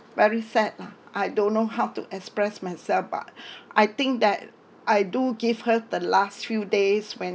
very sad lah I don't know how to express myself but I think that I do give her the last few days when